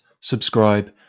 subscribe